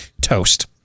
toast